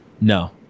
No